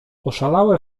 oszalałe